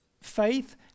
Faith